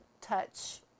touch